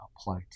apply